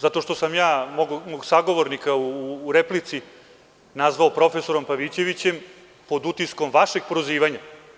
zato što sam ja mog sagovornika u replici nazvao „profesorom Pavićevićem“ pod utiskom vašeg prozivanja.